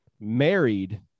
married